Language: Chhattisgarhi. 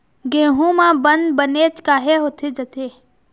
गेहूं म बंद बनेच काहे होथे जाथे?